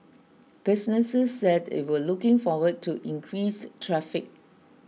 businesses said it were looking forward to increased traffic